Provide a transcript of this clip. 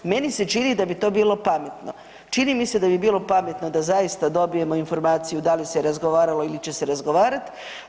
Meni se čini da bi to bilo pametno, čini mi se da bi bilo pametno da zaista dobijemo informaciju da li se razgovaralo ili će se razgovarat.